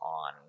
on